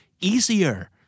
easier